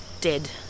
dead